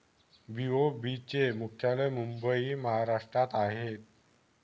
BOB चे मुख्यालय मुंबई महाराष्ट्रात आहे